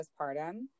postpartum